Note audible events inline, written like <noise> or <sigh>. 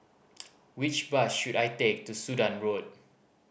<noise> which bus should I take to Sudan Road